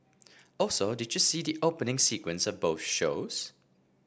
also did you see the opening sequence of both shows